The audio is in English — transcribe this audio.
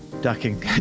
ducking